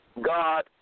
God